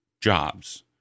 jobs